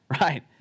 Right